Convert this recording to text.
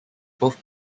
both